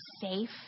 safe